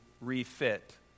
refit